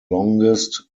longest